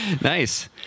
Nice